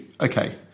okay